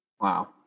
Wow